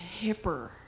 hipper